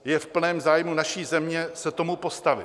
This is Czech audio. Je v plném zájmu naší země se tomu postavit.